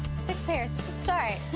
six pairs. it's a start.